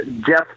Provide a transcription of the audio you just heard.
Jeff